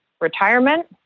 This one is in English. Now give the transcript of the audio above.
retirement